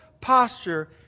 posture